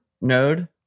node